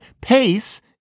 Pace